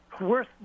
worse